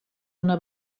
una